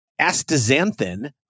astaxanthin